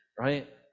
right